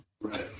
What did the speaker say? Right